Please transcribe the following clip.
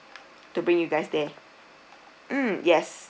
to bring you guys there mm yes